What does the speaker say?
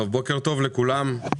בוקר טוב לכולם,